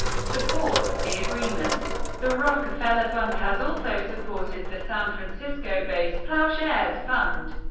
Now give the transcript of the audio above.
supports the agreement. the rockefeller fund has also supported the san francisco-based ploughshares fund,